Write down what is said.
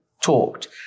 talked